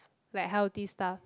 like healthy stuff